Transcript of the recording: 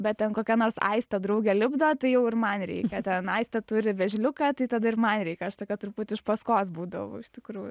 bet ten kokia nors aistė draugė lipdo tai jau ir man reikia ten aistė turi vėžliuką tai tada ir man reikia aš tokia truputį iš paskos būdavau iš tikrųjų